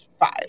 five